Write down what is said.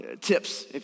tips